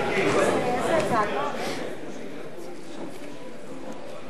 ההסתייגות לחלופין של חברת הכנסת יוליה שמאלוב-ברקוביץ לסעיף 80 לא